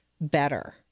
better